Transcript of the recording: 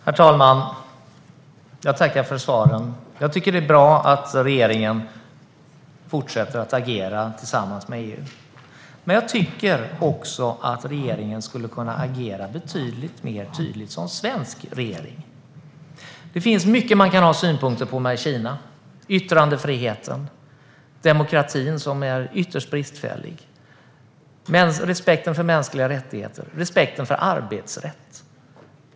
Herr talman! Jag tackar för svaren. Jag tycker att det är bra att regeringen fortsätter att agera tillsammans med EU. Men regeringen skulle också kunna agera mer tydligt som svensk regering. Det finns mycket i Kina som man kan ha synpunkter på. Det gäller yttrandefriheten, den ytterst bristfälliga demokratin, respekten för mänskliga rättigheter och respekten för arbetsrätt.